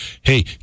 hey